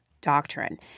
doctrine